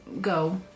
go